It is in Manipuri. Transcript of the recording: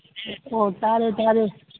ꯑꯣ ꯇꯥꯔꯦ ꯇꯥꯔꯦ